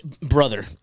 brother